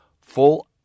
full